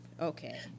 Okay